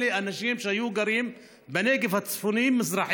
אלה אנשים שהיו גרים בנגב הצפוני-מזרחי,